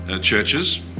churches